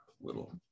little